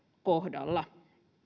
kohdalla